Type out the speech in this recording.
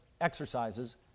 exercises